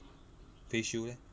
face shield leh